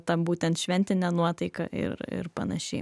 ta būtent šventine nuotaika ir ir panašiai